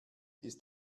ist